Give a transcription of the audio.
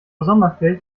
sommerfeld